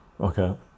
okay